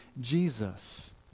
Jesus